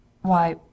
Why